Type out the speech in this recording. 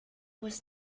was